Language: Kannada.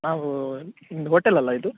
ನಾವೂ ನಿಮ್ದು ಹೋಟೆಲಲ್ಲ ಇದು